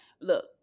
Look